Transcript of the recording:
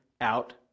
out